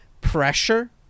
pressure